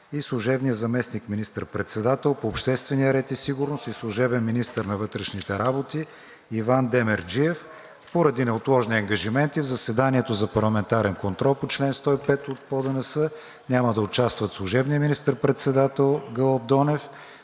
- служебният заместник министър-председател по обществения ред и сигурност и служебен министър на вътрешните работи Иван Демерджиев. Поради неотложни ангажименти в заседанието за парламентарен контрол по чл. 105 от ПОДНС няма да участват служебният министър-председател Гълъб Донев,